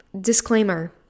disclaimer